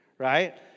right